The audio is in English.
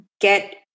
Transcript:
get